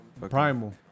Primal